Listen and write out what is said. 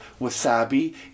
wasabi